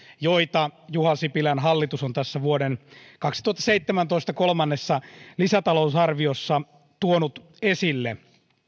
joita juha sipilän hallitus on tässä vuoden kaksituhattaseitsemäntoista kolmannessa lisätalousarviossa tuonut esille